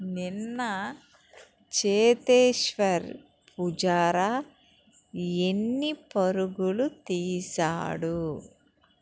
నిన్న చేతేశ్వర్ పుజారా ఎన్ని పరుగులు తీసాడు